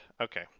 Okay